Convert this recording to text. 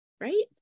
right